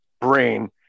brain